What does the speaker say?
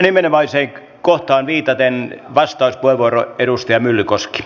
nimenomaiseen kohtaan viitaten vastauspuheenvuoro edustaja myllykoski